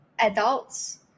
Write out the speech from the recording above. adults